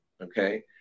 okay